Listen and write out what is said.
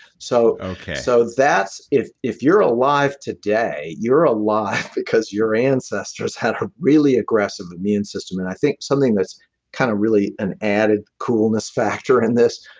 so so if if you're alive today, you're alive because your ancestors had a really aggressive immune system. and i think something that's kind of really an added coolness factor in this.